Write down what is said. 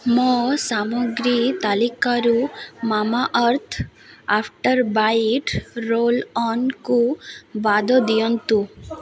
ମୋ ସାମଗ୍ରୀ ତାଲିକାରୁ ମାମାଆର୍ଥ ଆଫ୍ଟର୍ ବାଇଟ୍ ରୋଲ୍ଅନ୍କୁ ବାଦ୍ ଦିଅନ୍ତୁ